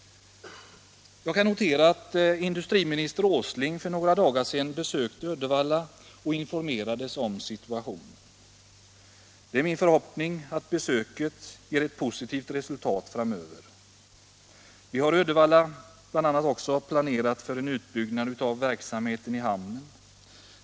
Jag kan notera att industriminister Åsling för några dagar sedan besökte Uddevalla och informerades om situationen. Det är min förhoppning att besöket ger positivt resultat framöver. Vi har i Uddevalla bl.a. planerat för en utbyggnad av verksamheten i hamnen.